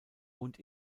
und